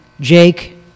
Jake